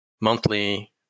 monthly